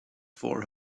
for